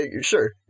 Sure